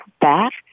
back